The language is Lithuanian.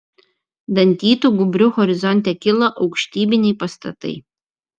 dantytu gūbriu horizonte kilo aukštybiniai pastatai